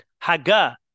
Haga